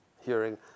hearing